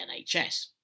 NHS